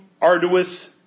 arduous